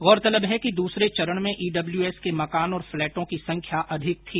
गौरतलब है कि दूसरे चरण में ईडब्लूएस के मकान और फ्लैटों की संख्या अधिक थी